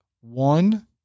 one